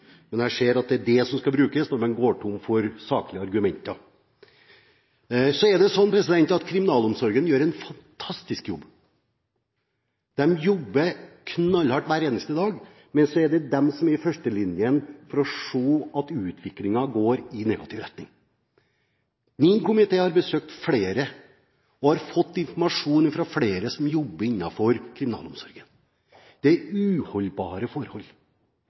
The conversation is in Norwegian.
Men jeg ser at det er det som skal brukes når man går tom for saklige argumenter. Så er det sånn at kriminalomsorgen gjør en fantastisk jobb. De jobber knallhardt hver eneste dag, og de er i førstelinjen når det gjelder å se at utviklingen går i negativ retning. Min komité har fått informasjon fra flere som jobber i kriminalomsorgen. Det er uholdbare forhold.